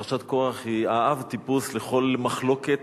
פרשת קורח היא אב-טיפוס לכל מחלוקת,